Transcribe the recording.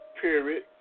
period